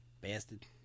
bastard